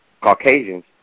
Caucasians